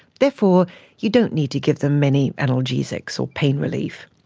therefore you don't need to give them many analgesics or pain relief.